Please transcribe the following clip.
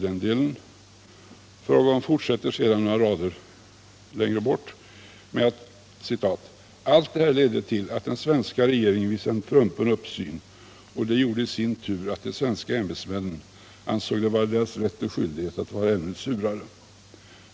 Fagerholm fortsätter några rader längre ned: ”Allt det här ledde till, att den svenska regeringen visade en trumpen uppsyn och det gjorde i sin tur, att de svenska ämbetsmännen ansåg det vara deras rätt och skyldighet att vara ännu surare.